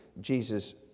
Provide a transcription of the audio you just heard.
jesus